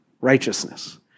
righteousness